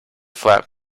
flap